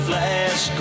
Flash